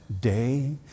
day